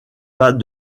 pas